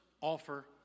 offer